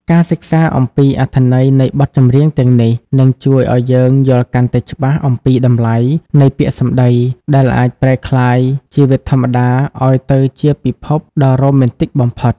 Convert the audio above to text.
ការសិក្សាអំពីអត្ថន័យនៃបទចម្រៀងទាំងនេះ នឹងជួយឱ្យយើងយល់កាន់តែច្បាស់អំពីតម្លៃនៃ "ពាក្យសម្តី" ដែលអាចប្រែក្លាយជីវិតធម្មតាឱ្យទៅជាពិភពដ៏រ៉ូមែនទិកបំផុត។